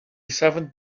seventh